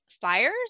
fires